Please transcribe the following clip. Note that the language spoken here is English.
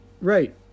Right